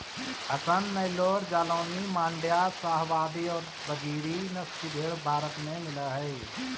हसन, नैल्लोर, जालौनी, माण्ड्या, शाहवादी और बजीरी नस्ल की भेंड़ भारत में मिलअ हई